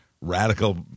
radical